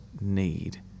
need